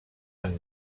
han